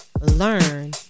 learn